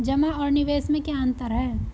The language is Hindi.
जमा और निवेश में क्या अंतर है?